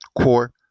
core